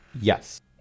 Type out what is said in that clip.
Yes